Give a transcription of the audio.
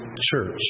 church